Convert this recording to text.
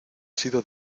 sido